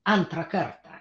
antrą kartą